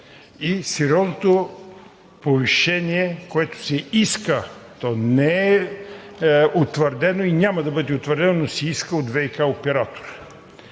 и сериозното повишение, което се иска – то не е утвърдено и няма да бъде утвърдено, но се иска от ВиК оператора.